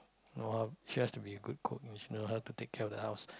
know how she has to be a good cook must know how to take care of the house